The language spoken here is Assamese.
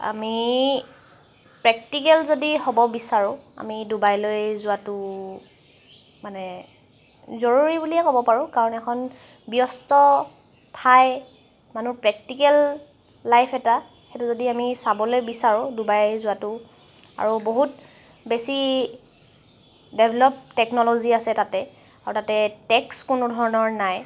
আমি প্ৰেক্টিকেল যদি হ'ব বিচাৰোঁ আমি ডুবাইলৈ যোৱাটো মানে জৰুৰী বুলিয়েই ক'ব পাৰোঁ কাৰণ এখন ব্যস্ত ঠাই মানুহ প্ৰেক্টিকেল লাইফ এটা সেইটো যদি আমি চাবলৈ বিচাৰোঁ ডুবাই যোৱাটো আৰু বহুত বেছি ডেভেলপ টেকনলজি আছে তাতে আৰু তাতে টেক্স কোনো ধৰণৰ নাই